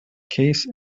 case